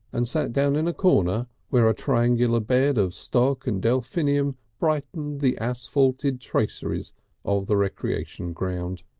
and sat down in a corner where a triangular bed of stock and delphinium brightened the asphalted traceries of the recreation ground.